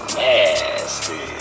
nasty